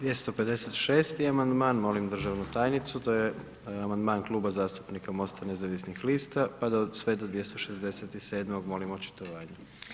256. amandman, molim državnu tajnicu, to je amandman Kluba zastupnika MOST-a nezavisnih lista pa do, sve do 267. molim očitovanje.